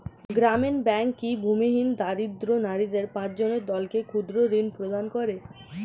গ্রামীণ ব্যাংক কি ভূমিহীন দরিদ্র নারীদের পাঁচজনের দলকে ক্ষুদ্রঋণ প্রদান করে?